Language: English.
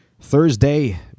Thursday